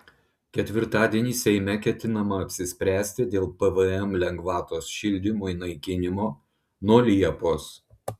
ketvirtadienį seime ketinama apsispręsti dėl pvm lengvatos šildymui naikinimo nuo liepos